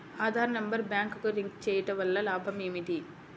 Aadhaar number బ్యాంక్నకు link చేయుటవల్ల లాభం ఏమిటి?